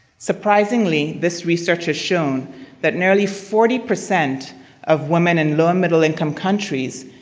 surprisingly, this research has shown that nearly forty percent of women in low and middle-income countries,